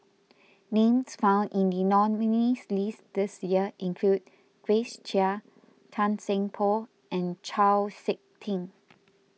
names found in the nominees' list this year include Grace Chia Tan Seng Poh and Chau Sik Ting